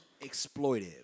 exploitive